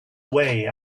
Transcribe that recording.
way